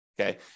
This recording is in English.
okay